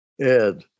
Ed